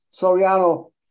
Soriano